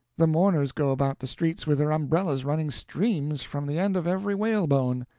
the mourners go about the streets with their umbrellas running streams from the end of every whalebone.